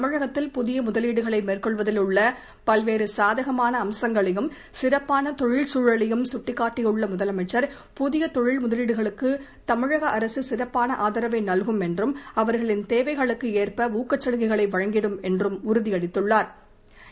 தமிழகத்தில் புதிய முதலீடுகளை மேற்கொள்வதில் உள்ள பல்வேறு சாதகமான அம்சங்களையும் சிறப்பாள தொழில் சூழலையும் சுட்டிக்காட்டியுள்ள முதலமைச்சர் புதிய தொழில் முதலீடுகளுக்கு தமிழக அரசு சிறப்பான ஆதரவை நல்கும் என்றும் அவா்களின் தேவைகளுக்கு ஏற்ப ஊக்கச்சலுகைகளை வழங்கிடும் என்றும் உறுதி அளித்துள்ளாா்